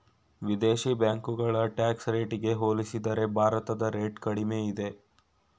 ವಿದೇಶಿ ಬ್ಯಾಂಕುಗಳ ಟ್ಯಾಕ್ಸ್ ರೇಟಿಗೆ ಹೋಲಿಸಿದರೆ ಭಾರತದ ರೇಟ್ ಕಡಿಮೆ ಇದೆ